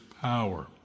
power